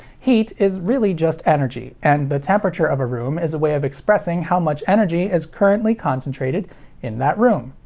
heat is really just energy, and the temperature of a room is a way of expressing how much energy is currently concentrated in that room.